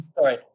Sorry